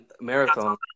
Marathon